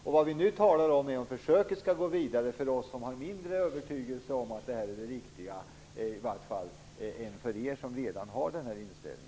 Frågan för oss som är mindre övertygade än ni, som redan har den inställningen att det här är det riktiga, är om försöket skall gå vidare.